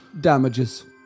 damages